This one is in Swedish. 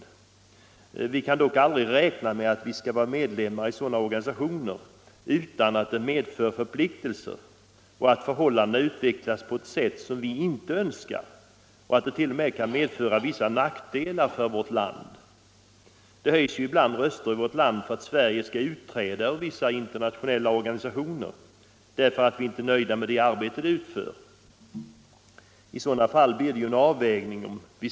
Men vi kan aldrig räkna med att vara medlemmar i sådana organisationer utan att detta medför förpliktelser — förhållandena kan utvecklas på ett sätt som vi inte önskar och medlemskapet kan t.o.m. medföra vissa nackdelar för vårt land. Det höjs ibland röster här i landet för att Sverige skall utträda ur vissa internationella organisationer för att man inte är nöjd med det arbete som de utför. Men där blir det då fråga om en avvägning.